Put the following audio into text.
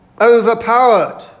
overpowered